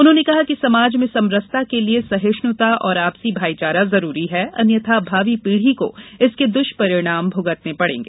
उन्होंने कहा कि समाज में समरसता के लिये सहिष्णुता और आपसी भाईचारा जरूरी है अन्यथा भावी पीढी को इसके दृष्परिणाम भूगतना होंगे